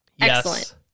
excellent